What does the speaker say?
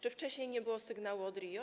Czy wcześniej nie było sygnału od RIO?